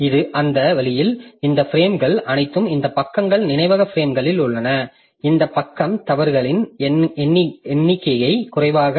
அந்த வழியில் இந்த பிரேம்கள் அனைத்தும் இந்த பக்கங்கள் நினைவக பிரேம்களில் உள்ளன அந்த பக்க தவறுகளின் எண்ணிக்கை குறைவாக உள்ளது